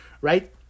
right